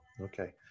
Okay